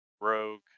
Rogue